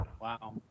Wow